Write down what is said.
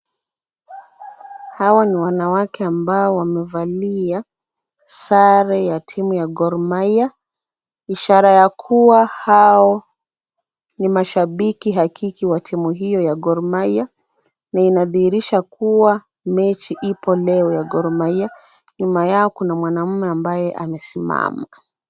Hawa ni wanawake ambao wamevalia sare ya timu ya Gor Mahia, ishara ya kuwa hao ni mashabiki hakiki wa timu hiyo ya Gor Mahia na inadhihirisha kuwa mechi ipo leo ya Gor Mahia. Nyuma yao kuna mwanaume ambaye amesimama.